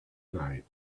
night